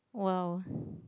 well